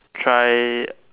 try